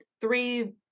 three